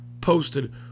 posted